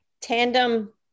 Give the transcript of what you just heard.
tandem